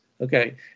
Okay